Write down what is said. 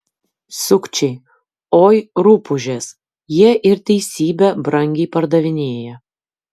sukčiai oi rupūžės jie ir teisybę brangiai pardavinėja